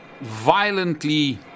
violently